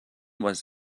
was